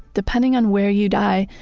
depending on where you die,